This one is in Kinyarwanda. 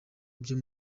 byo